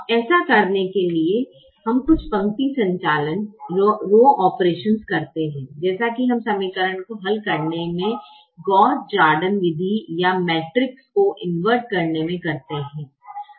अब ऐसा करने के लिए हम कुछ पंक्ति संचालन करते हैं जैसा कि हम समीकरण को हल करने के गॉस जॉर्डन विधि या मैट्रिक्स को इनवर्ट में करते हैं